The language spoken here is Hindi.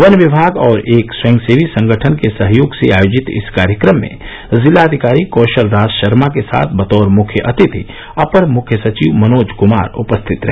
वन विभाग और एक स्वयं सेवी संगठन के सहयोग से आयोजित इस कार्यक्रम में जिलाधिकारी कौशल राज शर्मा के साथ बतौर मुख्य अतिथि अपर मुख्य सचिव मनोज कुमार उपस्थित रहे